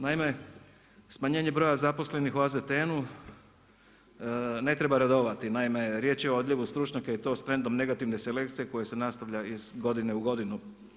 Naime, smanjenje broja zaposlenih u AZTN-u ne treba radovati, naime riječ je o odljevu stručnjaka i to s trendom negativne selekcije koja se nastavlja iz godine u godinu.